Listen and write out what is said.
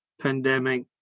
pandemic